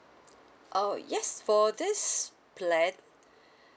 oh yes for this plan